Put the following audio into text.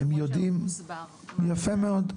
יפה מאוד.